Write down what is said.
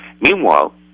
Meanwhile